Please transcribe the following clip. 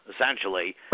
essentially